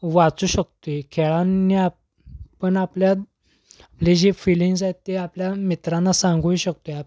वाचू शकतो आहे खेळांनी आप आपण आपल्या आपले जे फीलिंग्स आहेत ते आपल्या मित्रांना सांगू शकतोय आप